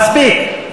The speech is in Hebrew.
מספיק.